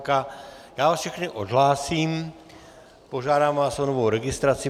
Já vás všechny odhlásím a požádám vás o novou registraci.